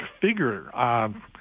figure